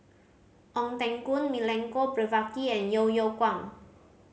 Ong Teng Koon Milenko Prvacki and Yeo Yeow Kwang